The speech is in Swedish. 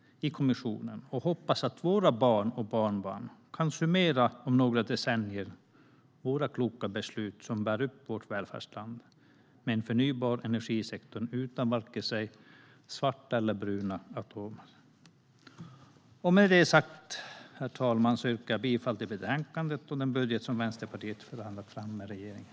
Jag hoppas att våra barn och barnbarn om några decennier kan konstatera att våra kloka beslut bär upp ett välfärdsland med en förnybar energisektor utan vare sig svarta eller bruna atomer. Herr talman! Jag yrkar bifall till utskottets förslag och till den budget som Vänsterpartiet har förhandlat fram med regeringen.